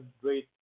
great